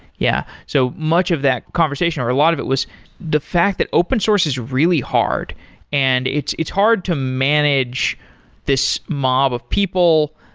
yeah. so much of that conversation, or a lot of it was the fact that open source is really hard and it's it's hard to manage this mob of people,